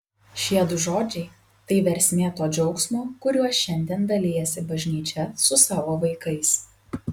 šie du žodžiai tai versmė to džiaugsmo kuriuo šiandien dalijasi bažnyčia su savo vaikais